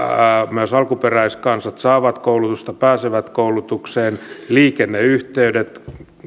myös alkuperäiskansat saavat koulutusta pääsevät koulutukseen on liikenneyhteydet